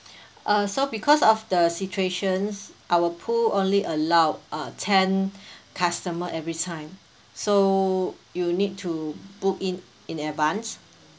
uh so because of the situations our pool only allow uh ten customer every time so you'll need to book it in advance